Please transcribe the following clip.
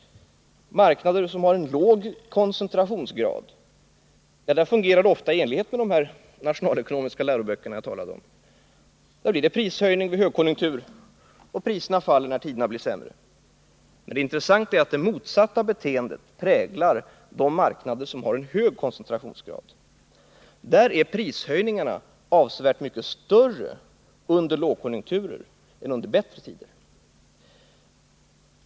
På marknader som har en låg koncentrationsgrad fungerar prissättningen ofta så som den beskrivs i dessa nationalekonomiska böcker. Det blir prishöjning vid högkonjunktur och prisfall när tiderna blir sämre. Men det intressanta är att det motsatta beteendet präglar de marknader som har en hög koncentrationsgrad. Där är prishöjningarna avsevärt mycket större under lågkonjunkturer än under bättre tider.